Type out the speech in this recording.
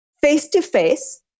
face-to-face